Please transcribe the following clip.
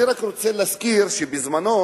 אז אני חושב שדברים כאלה